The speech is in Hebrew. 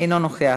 אינו נוכח,